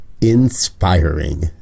inspiring